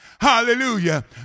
Hallelujah